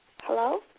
Hello